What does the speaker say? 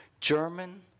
German